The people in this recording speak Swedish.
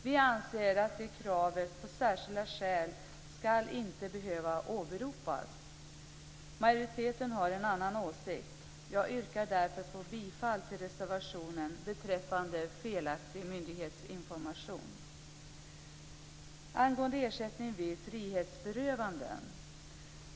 Vi anser att kravet på särskilda skäl inte skall behöva åberopas. Majoriteten har en annan åsikt. Jag yrkar därför bifall till reservationen beträffande felaktig myndighetsinformation. Jag vill säga något angående ersättning vid frihetsberövanden.